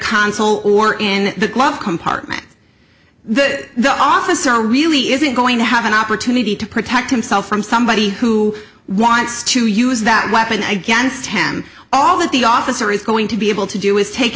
console or in the glove compartment the the officer really isn't going to have an opportunity to protect himself from somebody who wants to use that weapon against him all that the officer is going to be able to do is take